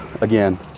again